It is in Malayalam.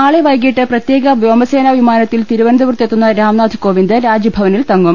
നാളെ വൈകീട്ട് പ്രത്യേക വ്യോമസേനാ വിമാനത്തിൽ തിരുവനന്തപുരത്തെത്തുന്ന രാംനാഥ് കോവിന്ദ് രാജ്ഭവനിൽ തങ്ങും